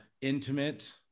intimate